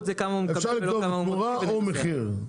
אפשר לכתוב תמורה או מחיר.